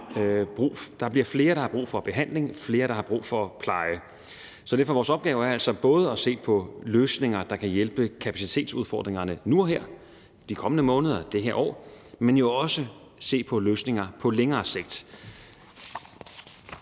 der bliver flere, der har brug for behandling, flere, der har brug for pleje. Vores opgave er altså derfor både at se på løsninger, der kan hjælpe i forhold til kapacitetsudfordringerne nu og her, i de kommende måneder, i det her år, men jo også at se på løsninger på længere sigt.